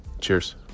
Cheers